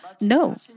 No